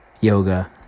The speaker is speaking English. Yoga